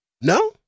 No